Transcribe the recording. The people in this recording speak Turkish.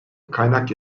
kaynak